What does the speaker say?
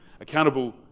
Accountable